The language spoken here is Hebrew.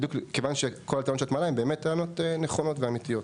בדיוק מכיוון שכל הטענות שאת מעלה הן באמת נכונות ואמיתיות.